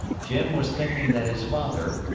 jim was thinking that his father,